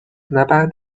نبرد